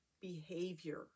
behavior